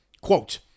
quote